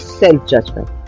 self-judgment